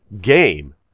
game